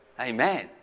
Amen